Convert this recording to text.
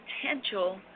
potential